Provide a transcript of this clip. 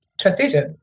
transition